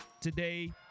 today